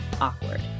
awkward